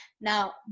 Now